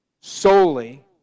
solely